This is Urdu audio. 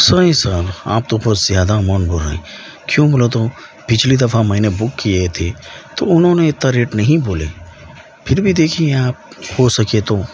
سوری سر آپ تو بہت زیادہ اماؤنت بول رہے ہیں کیوں بولے تو پچھلی دفعہ میں نے بک کیے تھے تو انہوں نے اتنا ریٹ نہیں بولے پھر بھی دیکھئے آپ ہو سکے تو